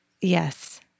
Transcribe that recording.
Yes